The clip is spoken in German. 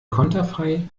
konterfei